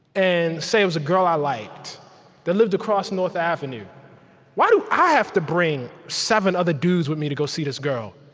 and say there was a girl i liked that lived across north avenue why do i have to bring seven other dudes with me to go see this girl,